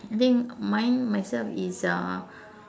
I think mine myself is uh